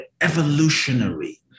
evolutionary